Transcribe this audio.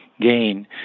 gain